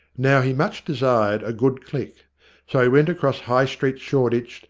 now, he much desired a good click so he went across high street shoreditch,